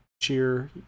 cheer